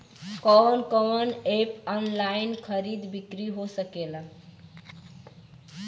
कवन कवन एप से ऑनलाइन खरीद बिक्री हो सकेला?